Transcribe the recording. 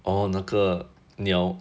哦那个鸟